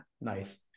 Nice